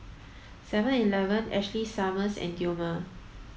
seven eleven Ashley Summers and Dilmah